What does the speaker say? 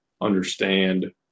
understand